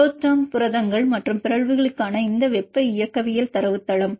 புரோதெர்ம் புரதங்கள் மற்றும் பிறழ்வுகளுக்கான இந்த வெப்ப இயக்கவியல் தரவுத்தளம்